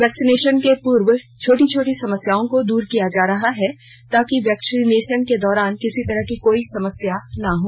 vaccination के पूर्व छोटी छोटी समस्याओं को दूर किया जा रहा है ताकि वैक्सीनेशन के दौरान किसी तरह की कोई समस्या न हो